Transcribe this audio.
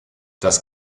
das